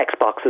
Xboxes